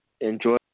enjoy